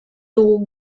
dugu